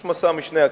יש מסע משני הכיוונים,